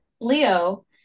Leo